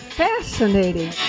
fascinating